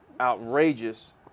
outrageous